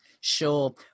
Sure